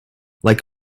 like